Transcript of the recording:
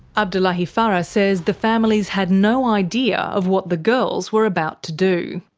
abdullahi farah says the families had no idea of what the girls were about to do.